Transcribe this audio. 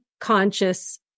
conscious